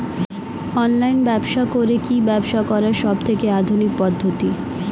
Online ব্যবসা করে কি ব্যবসা করার সবথেকে আধুনিক পদ্ধতি?